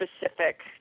specific